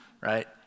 right